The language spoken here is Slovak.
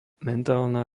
mentálna